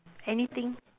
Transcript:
anything